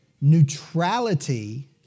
Neutrality